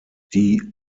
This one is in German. die